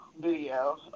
video